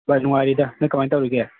ꯚꯥꯏ ꯅꯨꯡꯉꯥꯏꯔꯤꯗ ꯅꯪ ꯀꯃꯥꯏꯅ ꯇꯧꯔꯤꯒꯦ